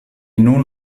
nun